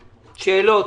שאלות?